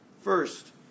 First